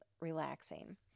relaxing